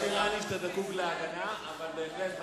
לא נראה שאתה זקוק להגנה, אבל בהחלט.